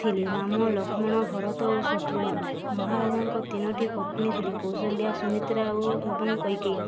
ଥିଲେ ରାମ ଲକ୍ଷ୍ମଣ ଭରତ ଓ ଶତ୍ରୁଘ୍ନ ମହାରାଜାଙ୍କ ତିନୋଟି ପତ୍ନୀ ଥିଲେ କୌଶଲ୍ୟା ସୁମିତ୍ରା ଓ ଏବଂ କୈକେୟୀ